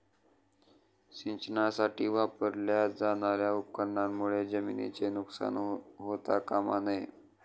सिंचनासाठी वापरल्या जाणार्या उपकरणांमुळे जमिनीचे नुकसान होता कामा नये